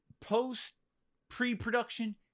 post-pre-production